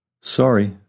Sorry